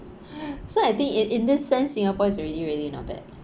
so I think it in this sense singapore is really really not bad